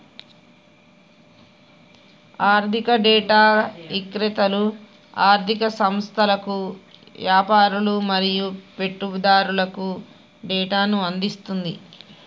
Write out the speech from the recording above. ఆర్ధిక డేటా ఇక్రేతలు ఆర్ధిక సంస్థలకు, యాపారులు మరియు పెట్టుబడిదారులకు డేటాను అందిస్తుంది